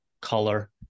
color